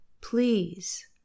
please